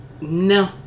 No